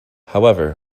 however